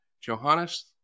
Johannes